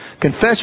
confess